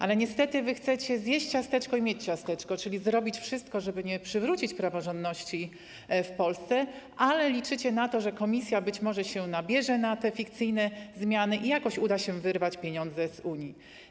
Ale niestety wy chcecie zjeść ciasteczko i mieć ciasteczko, czyli zrobić wszystko, żeby nie przywrócić praworządności w Polsce, ale liczycie na to, że Komisja być może nabierze się na te fikcyjne zmiany i jakoś uda się wyrwać pieniądze z Unii.